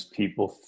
people